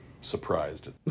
surprised